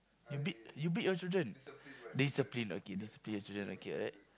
you beat you beat your children discipline okay discipline your children okay alright